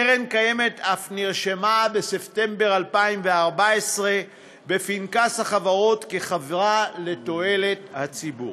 קרן קיימת אף נרשמה בספטמבר 2014 בפנקס החברות כחברה לתועלת הציבור.